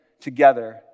together